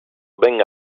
ben